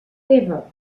teva